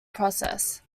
process